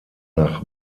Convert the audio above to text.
nach